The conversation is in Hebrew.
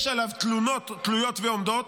יש עליו תלונות תלויות ועומדות,